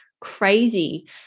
crazy